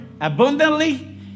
abundantly